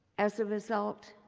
as a result,